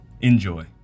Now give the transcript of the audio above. Enjoy